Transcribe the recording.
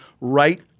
right